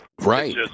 Right